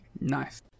Nice